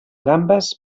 gambes